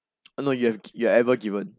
oh no you have you've ever given